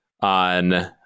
on